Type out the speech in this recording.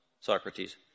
Socrates